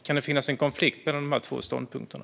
Kan det finnas en konflikt mellan de två ståndpunkterna?